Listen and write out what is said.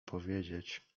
powiedzieć